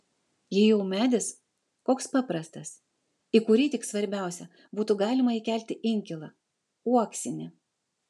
jei jau medis koks paprastas į kurį tik svarbiausia būtų galima įkelti inkilą uoksinį